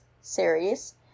series